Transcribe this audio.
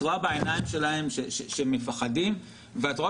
את רואה בעיניים שלהם שהם מפחדים ואת רואה